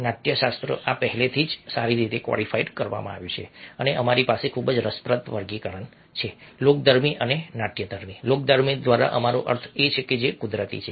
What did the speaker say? નાટ્યશાસ્ત્ર આ પહેલેથી જ સારી રીતે કોડીફાઇડકરવામાં આવ્યું છે અને અમારી પાસે ખૂબ જ રસપ્રદ વર્ગીકરણ છે લોકધર્મી અને નાટ્યધર્મી લોકધર્મી દ્વારા અમારો અર્થ એ છે કે જે કુદરતી છે